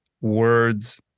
words